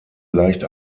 leicht